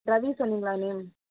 ரவி சொன்னீங்களா நேம்